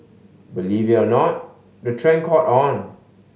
believe it or not the trend caught on